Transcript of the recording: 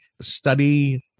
study